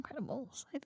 Incredibles